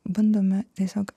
bandome tiesiog